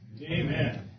Amen